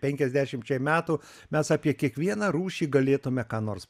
penkiasdešimčiai metų mes apie kiekvieną rūšį galėtume ką nors